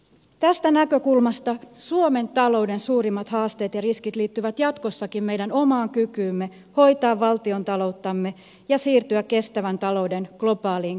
tästä näkökulmasta suomen talouden suurimmat haasteet ja riskit liittyvät jatkossakin meidän omaan kykyymme hoitaa valtiontalouttamme ja siirtyä kestävän talouden globaaliin kärkeen